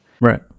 Right